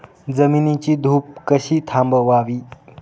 जमिनीची धूप कशी थांबवावी?